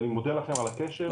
אני מודה לכם על הקשב.